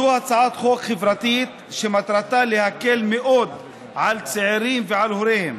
זו הצעת חוק חברתית שמטרתה להקל מאוד על צעירים ועל הוריהם,